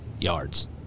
yards